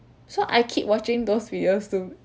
so I keep watching those videos to